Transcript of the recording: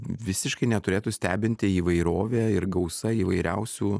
visiškai neturėtų stebinti įvairovė ir gausa įvairiausių